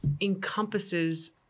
encompasses